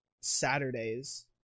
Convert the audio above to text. Saturdays